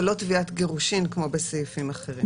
ולא תביעת גירושין כמו בסעיפים אחרים.